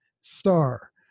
star